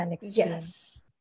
yes